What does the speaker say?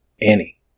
Annie